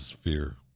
fear